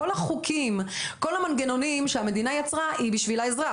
כל החוקים וכל המנגנונים שהמדינה יצרה הם בשביל האזרח,